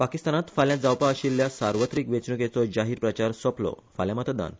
पाकिस्तानात फाल्या जावपा आशिल्ल्या सार्वत्रिक वेचण्केचो जाहीर प्रचार सोपलो फाल्या मतदान